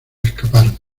escaparon